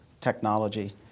technology